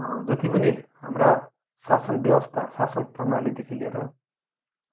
जति पनि हाम्रा शासन व्यवस्था शासन प्रणालीदेखि लिएर